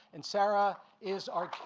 and sara is our.